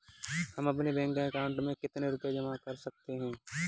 हम अपने bank account में कितने रुपये जमा कर सकते हैं?